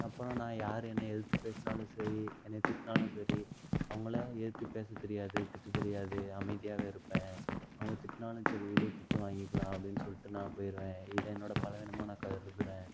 அப்புறம் நான் யார் என்ன எதித்து பேசுனாலும் சரி என்னையை திட்டினாலும் சரி அவங்கள எதிர்த்து பேச தெரியாது திட்ட தெரியாது அமைதியாகவே இருப்பேன் அவங்க திட்டினாலும் சரி விடு திட்டு வாங்கிக்கலாம் அப்படின்னு சொல்லிட்டு நான் போயிருவேன் இதுதான் என்னோட பலவீனமாக நான் கருதுகிறேன்